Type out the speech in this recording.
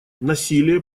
насилие